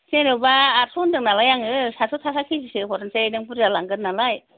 जेनेबा आतस' होन्दों नालाय आङो सातस' थाखा केजि सो हरनोसै नों बुरजा लांगोन नालाय